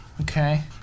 Okay